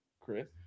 Chris